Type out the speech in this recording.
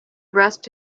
rest